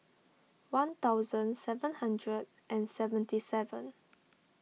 one thousand seven hundred and seventy seven